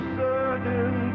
certain